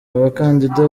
abakandida